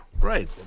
Right